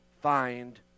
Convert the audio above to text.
find